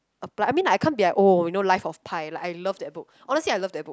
apply I mean I can't be like oh you know Life-of-Pi like I love that book honestly I love that book